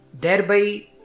thereby